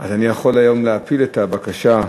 יכול היום להפיל את הבקשה,